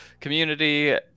community